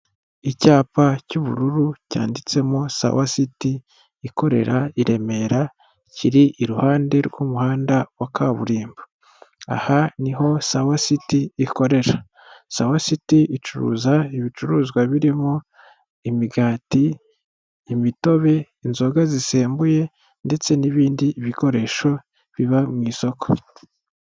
Icyapa cy'ubururu cyanditsemo sawa siti, ikorera i Remera, kiri iruhande rw'umuhanda wa kaburimbo, aha niho sawa siti ikorera, sawa siti icuruza ibicuruzwa birimo imigati, imitobe, inzoga zisembuye ndetse n'ibindi bikoresho biba mu isoko.